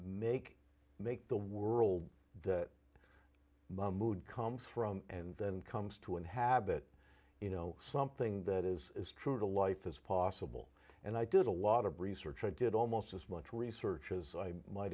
make make the world that mahmoud comes from and then comes to inhabit you know something that is as true to life as possible and i did a lot of research i did almost as much research as i might